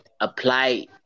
apply